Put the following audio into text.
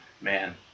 man